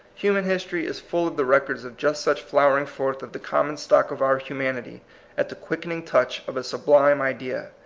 human history is full of the rec ords of just such flowering forth of the common stock of our humanity at the quickening touch of a sublime idea.